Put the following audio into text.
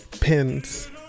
pins